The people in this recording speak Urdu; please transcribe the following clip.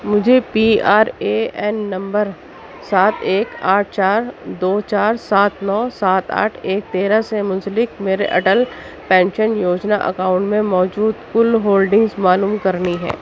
مجھے P R A N number سات ایک آٹھ چار دو چار سات نو سات آٹھ ایک تیرہ سے منسلک میرے اٹل پنشن یوجنا اکاؤنٹ میں موجود کل ہولڈنگز معلوم کرنی ہے